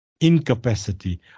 incapacity